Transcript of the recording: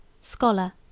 scholar